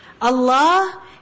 Allah